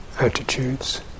attitudes